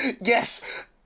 Yes